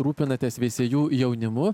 rūpinatės veisiejų jaunimu